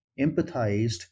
empathized